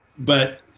but